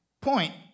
point